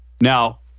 Now